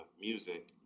music